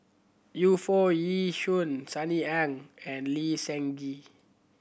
Yu Foo Yee Shoon Sunny Ang and Lee Seng Gee